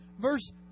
verse